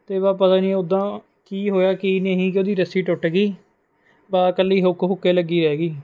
ਅਤੇ ਬਸ ਪਤਾ ਨਹੀਂ ਉੱਦਾਂ ਕੀ ਹੋਇਆ ਕੀ ਨਹੀਂ ਕਿ ਉਹਦੀ ਰੱਸੀ ਟੁੱਟ ਗਈ ਬਸ ਇਕੱਲੀ ਹੁੱਕ ਹੁੱਕ ਹੀ ਲੱਗੀ ਰਹਿ ਗਈ